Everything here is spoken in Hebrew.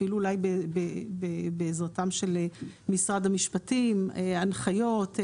אפילו אולי בעזרתם של משרד המשפטים, הנחיות,